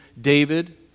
David